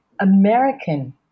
American